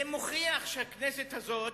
זה מוכיח שהכנסת הזאת